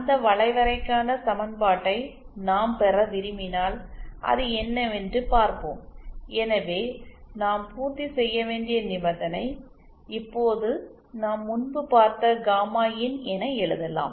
அந்த வளைவரைக்கான சமன்பாட்டை நாம் பெற விரும்பினால் அது என்னவென்று பார்ப்போம் எனவே நாம் பூர்த்தி செய்ய வேண்டிய நிபந்தனைஇப்போது நாம் முன்பு பார்த்த காமாஇன் என எழுதலாம்